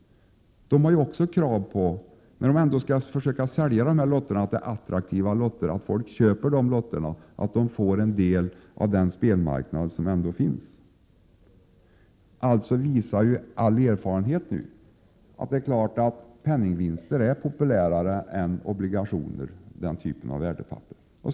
När de skall försöka sälja de här lotterna, har de krav på att lotterna är attraktiva så att folk köper dem och att de får en del av den spelmarknad som ändå finns. All erfarenhet visar nu att det är helt klart att penningvinster är populärare än obligationer och den typen av värdepapper.